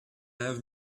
have